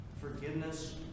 Forgiveness